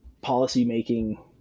policy-making